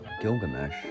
Gilgamesh